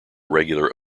regular